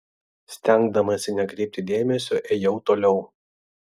stengdamasi nekreipti dėmesio ėjau toliau